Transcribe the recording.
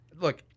look